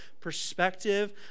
perspective